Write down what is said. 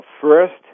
first